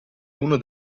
uno